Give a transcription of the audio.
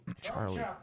Charlie